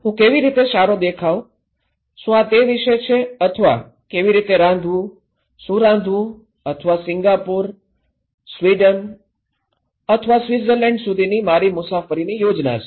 હું કેવી રીતે સારો દેખાવ શું આ તે વિશે છે અથવા કેવી રીતે રાંધવું શું રાંધવું અથવા સિંગાપોર અને સ્વીડન અથવા સ્વિટ્ઝર્લન્ડ સુધીની મારી મુસાફરીની યોજના છે